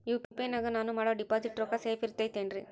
UPI ನಾಗ ನಾನು ಮಾಡೋ ಡಿಪಾಸಿಟ್ ರೊಕ್ಕ ಸೇಫ್ ಇರುತೈತೇನ್ರಿ?